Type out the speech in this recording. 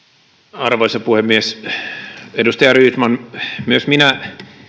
arvoisa puhemies edustaja rydman myös minä